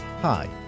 Hi